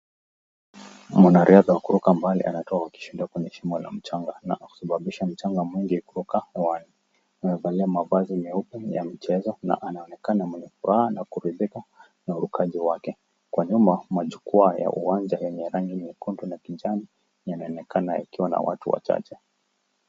Mwanariadha wa kuruka mbali anatoka kwa kishindo kwenye shimo la mchanga na kusababisha mchanga mwingi kuruka hewani. Amevalia mavazi meupe ya mchezo na anaonekana mwenye furaha na kuridhika na urukaji wake. Kwa nyuma, majukwaa ya uwanja yenye rangi nyekundu na kijani yanaonekana yakiwa na watu wachache.